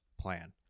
plan